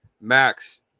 Max